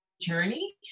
journey